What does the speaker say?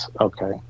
Okay